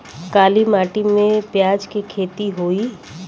काली माटी में प्याज के खेती होई?